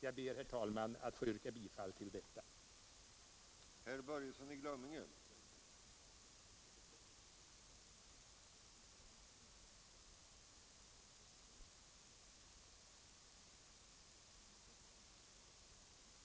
Jag ber, herr talman, att få yrka bifall till näringsutskottets hemställan.